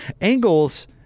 angles